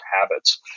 habits